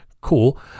Cool